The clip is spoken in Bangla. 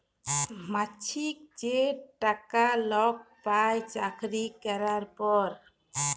মাছিক যে টাকা লক পায় চাকরি ক্যরার পর